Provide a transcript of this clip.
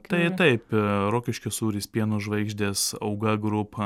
tai taip rokiškio sūris pieno žvaigždės auga group